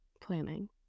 planning